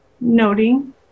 noting